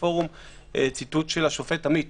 ציטוט מהשופט עמית